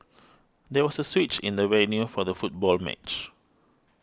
there was a switch in the venue for the football match